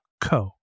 co